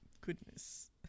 Goodness